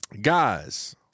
guys